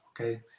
okay